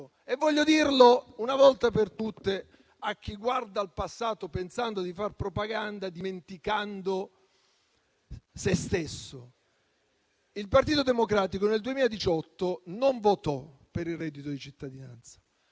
E voglio dirlo, una volta per tutte, a chi guarda al passato pensando di far propaganda, dimenticando se stesso. Il Partito Democratico nel 2018 non votò per il reddito di cittadinanza.